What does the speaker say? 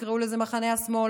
תקראו לזה מחנה השמאל,